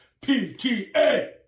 PTA